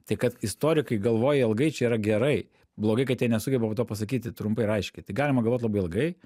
tai kad istorikai galvoja ilgai čia yra gerai blogai kad jie nesugeba to pasakyti trumpai ir aiškiai tai galima galvot labai ilgai